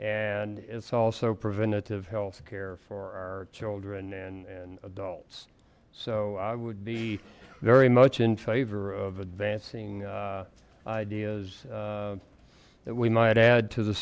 and it's also preventative health care for our children and adults so i would be very much in favor of advancing ideas that we might add to the